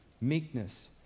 meekness